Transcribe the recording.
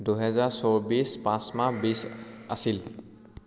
দুহেজাৰ চৌবিছ পাঁচ মাহ বিছ আছিল